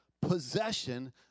Possession